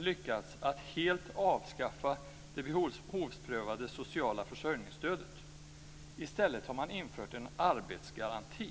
lyckats att helt avskaffa det behovsprövade sociala försörjningsstödet. I stället har man infört en arbetsgaranti.